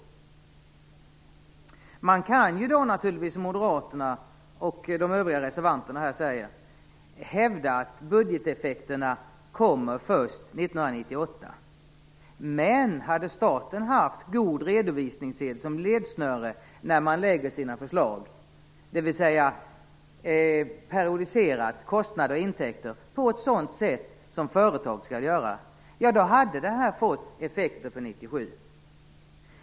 Man kan naturligtvis som moderaterna och de övriga reservanterna hävda att budgeteffekterna kommer först år 1998. Men hade staten haft god redovisningssed som ledsnöre när förslag läggs fram, dvs. periodiserat kostnader och intäkter på ett sådant sätt som företag skall göra, hade detta fått effekter för 1997.